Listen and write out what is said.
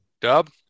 Dub